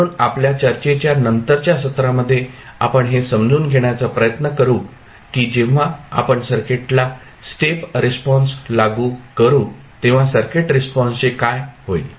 म्हणून आपल्या चर्चेच्या नंतरच्या सत्रामध्ये आपण हे समजून घेण्याचा प्रयत्न करू की जेव्हा आपण सर्किटला स्टेप रिस्पॉन्स लागू करू तेव्हा सर्किट रिस्पॉन्सचे काय होईल